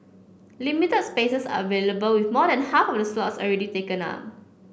limited spaces are available with more than half of the slots already taken up